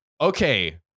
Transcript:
okay